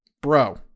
Bro